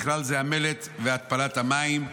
ובכלל זה המלט והתפלת המים.